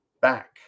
back